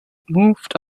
moved